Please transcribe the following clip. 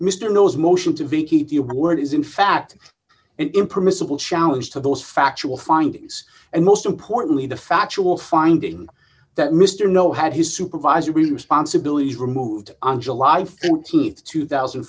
mr nose motion to vacate the word is in fact impermissible challenge to those factual findings and most importantly the factual finding that mr know had his supervisory responsibilities removed on july th two thousand